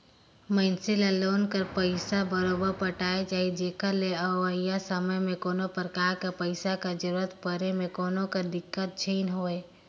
मइनसे ल लोन कर पइसा बरोबेर पटाना चाही जेकर ले अवइया समे में कोनो परकार कर पइसा कर जरूरत परे में कोनो कर दिक्कत झेइन होए